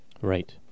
Right